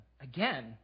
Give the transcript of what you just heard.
Again